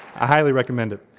i highly recommend it.